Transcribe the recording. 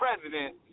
president